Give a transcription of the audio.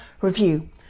review